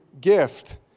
gift